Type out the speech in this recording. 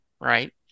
Right